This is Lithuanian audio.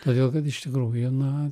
todėl kad iš tikrųjų na